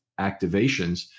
activations